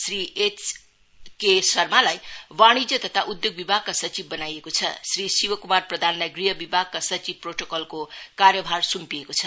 Shri H K शर्मालाई वाणिज्य तथा उद्योग विभागका सचिव बनाइएको छ र श्री शिव कुमार प्रधानलाई गृह विभागका सचिव प्रोटोकल को कार्यभार सुम्पिएको छ